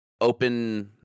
open